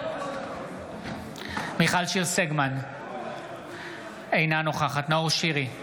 בהצבעה מיכל שיר סגמן, אינה נוכחת נאור שירי,